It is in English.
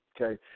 okay